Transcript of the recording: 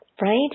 right